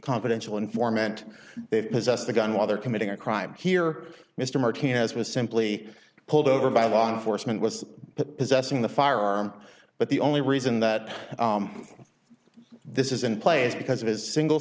confidential informant they possess the gun while they're committing a crime here mr martinez was simply pulled over by law enforcement was possessing the firearm but the only reason that this is in play is because of his single